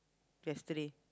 yesterday